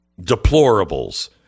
deplorables